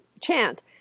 chant